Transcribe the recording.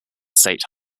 state